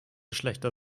schlächter